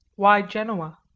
why genoa?